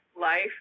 life